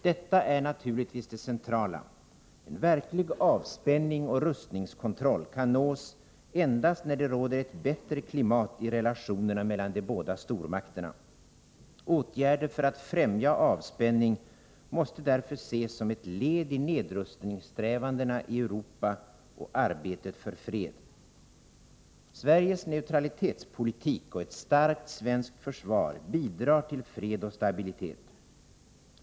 Detta är naturligtvis det centrala — en verklig avspänning och rustningskontroll kan nås endast när det råder ett bättre klimat i relationerna mellan de båda stormakterna. Åtgärder för att främja avspänning måste därför ses som ett led i nedrustningssträvan dena i Europa och arbetet för fred. Sveriges neutralitetspolitik och ett starkt svenskt försvar bidrar till fred och stabilitet.